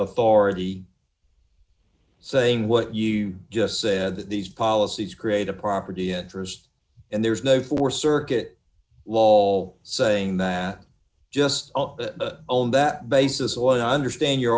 already saying what you just said that these policies create a property interest and there's no for circuit law saying that just own that basis or i understand your